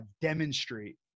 demonstrate